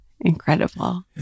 Incredible